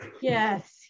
Yes